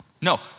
No